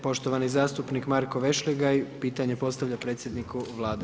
Poštovani zastupnik Marko Vešligaj, pitanje postavlja predsjedniku Vlade.